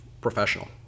professional